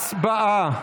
הצבעה.